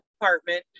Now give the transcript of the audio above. Department